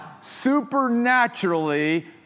supernaturally